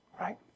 Right